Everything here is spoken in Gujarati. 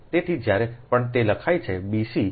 તેથી જ્યારે પણ તે લખાય છે b c